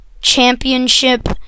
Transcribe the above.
championship